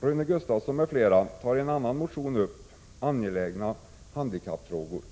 Rune Gustavsson m.fl. tar i en annan motion upp angelägna handikappfrågor.